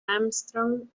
armstrong